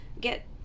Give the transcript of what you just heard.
get